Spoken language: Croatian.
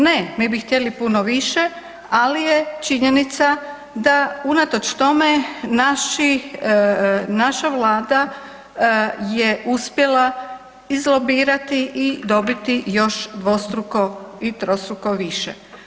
Ne, mi bi htjeli puno više ali je činjenica da unatoč tome, naša Vlada je uspjela izlobirati i dobiti još dvostruko i trostruko više.